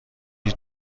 هیچ